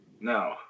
No